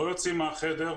לא יוצאים מהחדר.